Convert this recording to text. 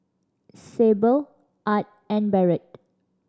Sable Art and Barrett